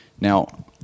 Now